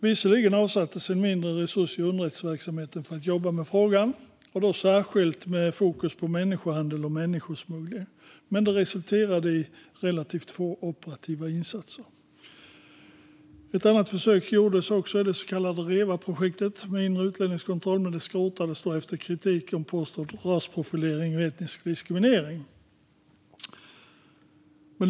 Visserligen avsattes en mindre resurs i underrättelseverksamheten för att jobba med frågan - och då särskilt med fokus på människohandel och människosmuggling - men det resulterade i relativt få operativa insatser. Ett annat försök gjordes i det så kallade REVA-projektet med inre utlänningskontroll, men det skrotades efter kritik om påstådd rasprofilering och etnisk diskriminering.